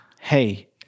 Hey